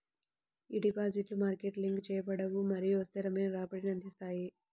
ఈ డిపాజిట్లు market link చేయబడవు మరియు స్థిరమైన రాబడిని అందిస్తాయి